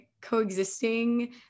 coexisting